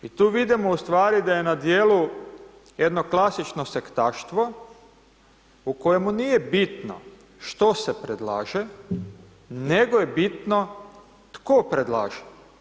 I tu vidimo u stvari da je na djelu jedno klasično sektaštvo u kojemu nije bitno što se predlaže, nego je bitno tko predlaže.